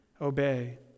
obey